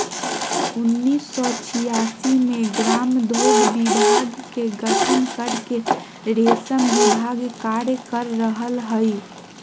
उन्नीस सो छिआसी मे ग्रामोद्योग विभाग के गठन करके रेशम विभाग कार्य कर रहल हई